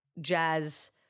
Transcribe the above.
jazz